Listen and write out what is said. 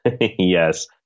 Yes